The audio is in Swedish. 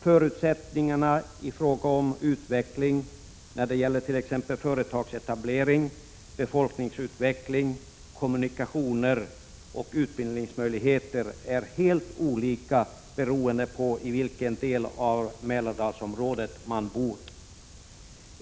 Förutsättningarna i fråga om utveckling när det gäller t.ex. företagsetablering, befolkningsutveckling, kommunikationer och utbildningsmöjligheter är helt olika beroende på i vilken del av Mälardalsområdet man bor.